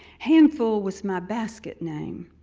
handful was my basket name.